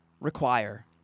require